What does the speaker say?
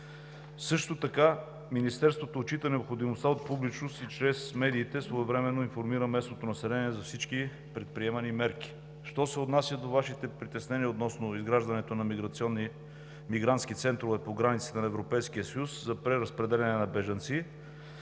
Също така Министерството отчита необходимостта от публичност и чрез медиите своевременно информира местното население за всички предприемани мерки. Що се отнася до Вашите притеснения относно изграждането на мигрантски центрове по границата на Европейския съюз за преразпределение на бежанци,